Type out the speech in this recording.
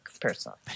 personally